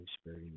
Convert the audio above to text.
Spirit